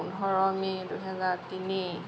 পোন্ধৰ মে' দুহেজাৰ তিনি